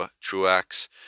Truax